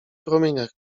promieniach